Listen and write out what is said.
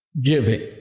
giving